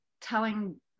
telling